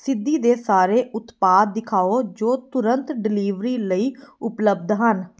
ਸਿੱਧੀ ਦੇ ਸਾਰੇ ਉਤਪਾਦ ਦਿਖਾਓ ਜੋ ਤੁਰੰਤ ਡਿਲੀਵਰੀ ਲਈ ਉਪਲਬਧ ਹਨ